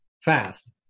fast